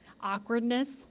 Awkwardness